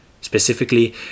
Specifically